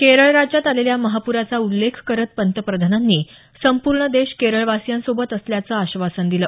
केरळ राज्यात आलेल्या महाप्राचा उल्लेख करत पंतप्रधानांनी संपूर्ण देश केरळवासीयांसोबत असल्याचं आश्वासन दिलं